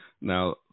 Now